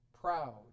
proud